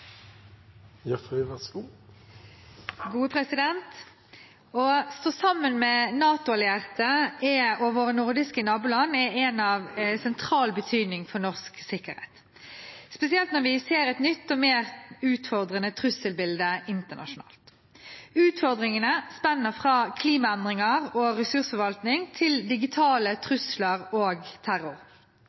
av sentral betydning for norsk sikkerhet, spesielt når vi ser et nytt og mer utfordrende trusselbilde internasjonalt. Utfordringene spenner fra klimaendringer og ressursforvaltning til digitale trusler og terror.